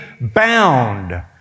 bound